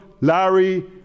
Larry